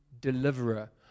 deliverer